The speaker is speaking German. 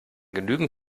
genügend